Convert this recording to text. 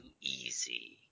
easy